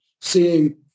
seeing